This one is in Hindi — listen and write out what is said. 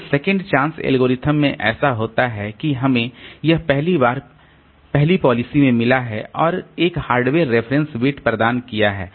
तो सेकंड चांस एल्गोरिथ्म में ऐसा होता है कि हमें यह पहली बार पहली पॉलिसी में मिला है और एक हार्डवेयर रेफरेंस बिट प्रदान किया है